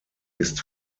ist